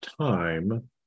time